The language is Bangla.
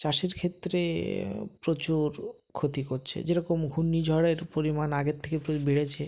চাষির ক্ষেত্রে প্রচুর ক্ষতি করছে যেরকম ঘূর্ণি ঝড়ের পরিমাণ আগের থেকে প্রায় বেড়েছে